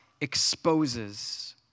exposes